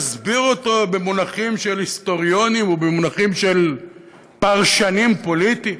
להסביר אותו במונחים של היסטוריונים או במונחים של פרשנים פוליטיים,